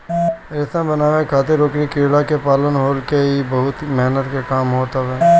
रेशम बनावे खातिर ओकरी कीड़ा के पालन होला इ बहुते मेहनत के काम होत हवे